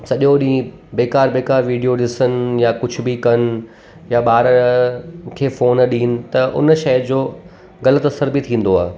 सॼो ॾींहुं बेकार बेकार विडियो ॾिसनि या कुझु बि कनि या ॿार खे फ़ोन ॾियनि त हुन शइ जो ग़लति असरु बि थींदो आहे